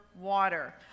water